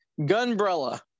Gunbrella